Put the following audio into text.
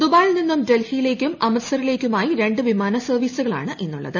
ദുബായിൽ നിന്നും ഡൽഹിയിലേക്കും അമൃത്സർലേക്കുമായി രണ്ട് വിമാന സർവ്വീസുകളാണ് ഇന്നുള്ളത്